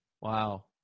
Wow